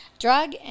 drug